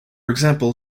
example